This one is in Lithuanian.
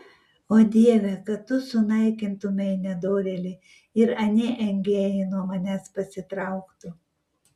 o dieve kad tu sunaikintumei nedorėlį ir anie engėjai nuo manęs pasitrauktų